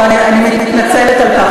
העובדות לא חשובות, לא, אני מתנצלת על כך.